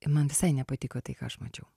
i man visai nepatiko tai ką aš mačiau